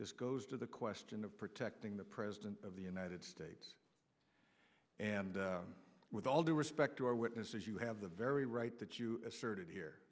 this goes to the question of protecting the president of the united states and with all due respect to our witnesses you have the very right that you asserted here